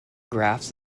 graphs